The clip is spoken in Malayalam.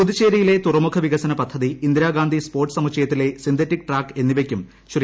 പുതുച്ചേരിയിലെ തുറമുഖ വികസന പദ്ധതി ഇന്ദിരാഗാന്ധി സ്പോർട്സ് സമുച്ചയത്തിലെ സിന്തറ്റിക് ട്രാക്ക് എന്നിവയ്ക്കും ശ്രീ